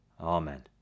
Amen